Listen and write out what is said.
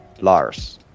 Lars